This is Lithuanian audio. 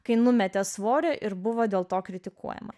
kai numetė svorio ir buvo dėl to kritikuojama